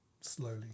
slowly